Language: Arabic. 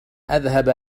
أذهب